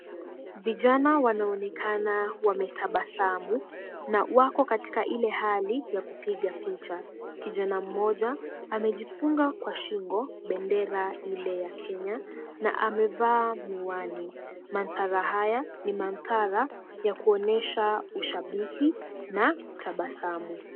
Vijana wanaonekana wametabasamu na wako katika ile hali ya kupiga picha, kijana mmoja amejifunga kwa shingo bendera ile ya Kenya na amevaa miwani. Mandhari haya ni mandhari ya kuonyesha ushabiki na tabasamu.